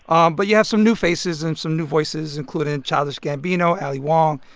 um but you have some new faces and some new voices, including childish gambino, ali wong,